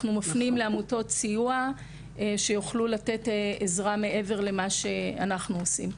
אנחנו מפנים לעמותות סיוע שיוכלו לתת עזרה מעבר למה שאנחנו עושים.